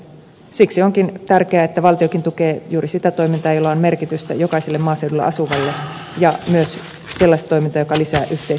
siksi onkin tärkeää että valtiokin tukee juuri sitä toimintaa jolla on merkitystä jokaiselle maaseudulla asuvalle ja myös sellaista toimintaa joka lisää yhteisöllisyyttä